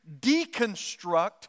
deconstruct